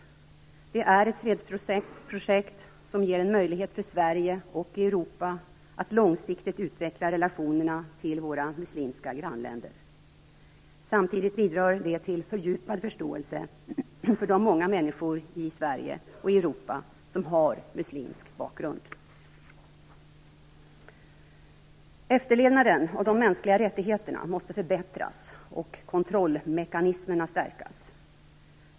Det är ett fredsprojekt som ger en möjlighet för Sverige och Europa att långsiktigt utveckla relationerna till våra muslimska grannländer. Samtidigt bidrar det till fördjupad förståelse för de många människor i Sverige och Europa som har muslimsk bakgrund. Efterlevnaden av de mänskliga rättigheterna måste förbättras och kontrollmekanismerna stärkas.